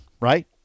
right